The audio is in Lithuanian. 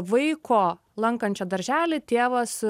vaiko lankančio darželį tėvas